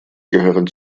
gehören